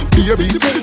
Baby